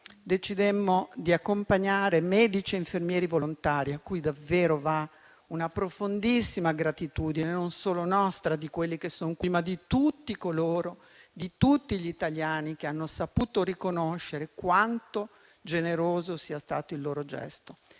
decidemmo di accompagnare a Bergamo medici e infermieri volontari, a cui davvero va una profondissima gratitudine, non solo nostra e di quelli che sono qui, ma di tutti gli italiani che hanno saputo riconoscere quanto generoso sia stato il loro gesto.